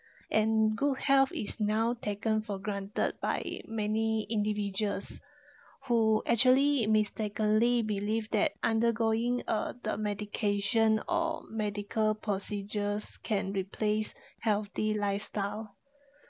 and good health is now taken for granted by many individuals who actually mistakenly believe that undergoing uh the medication or medical procedures can replace healthy lifestyle